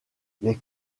les